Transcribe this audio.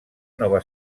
nova